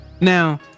Now